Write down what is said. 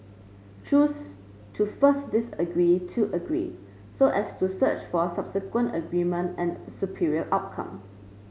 choose to first disagree to agree so as to search for subsequent agreement and a superior outcome